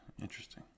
Interesting